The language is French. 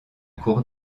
cours